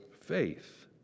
faith